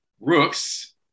Rooks